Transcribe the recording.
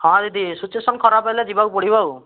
ହଁ ଦିଦି ସିଚୁଏସନ୍ ଖରାପ ହେଲେ ଯିବାକୁ ପଡ଼ିବ ଆଉ